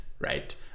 right